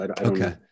Okay